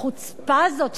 והחוצפה הזאת,